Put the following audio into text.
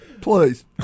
Please